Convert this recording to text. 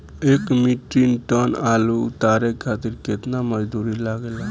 एक metric tonne आलू उतारे खातिर केतना मजदूरी लागेला?